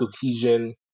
cohesion